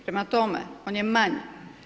Prema tome, on je manji.